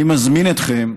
אני מזמין אתכם,